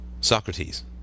Socrates